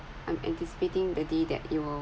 I'm anticipating the day that it will